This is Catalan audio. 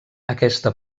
aquesta